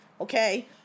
okay